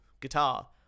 guitar